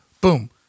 Boom